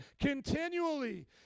Continually